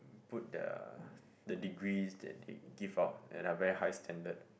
put the the degrees that they give from at a very high standard